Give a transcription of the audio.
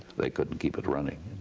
they couldn't keep it running.